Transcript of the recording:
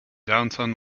downtown